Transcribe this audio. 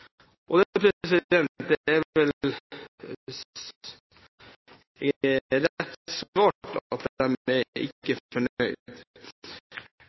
Det er vel rett svart at de ikke er fornøyd.